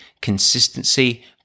consistency